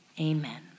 Amen